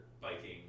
biking